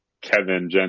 Kevin